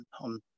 on